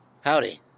Howdy